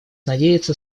надеется